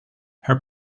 her